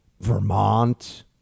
Vermont